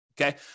okay